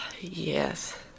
Yes